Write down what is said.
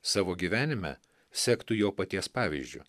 savo gyvenime sektų jo paties pavyzdžiu